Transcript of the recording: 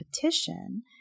petition